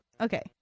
Okay